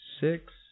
Six